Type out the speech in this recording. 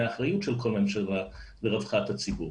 מהאחריות של כל ממשלה ברווחת הציבור.